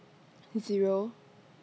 Zero